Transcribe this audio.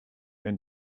and